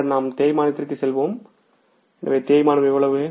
பின்னர் நாம் தேய்மானத்திற்கு செல்வோம் எனவே தேய்மானம் எவ்வளவு